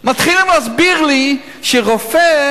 מתחילים להסביר לי שרופא,